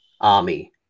army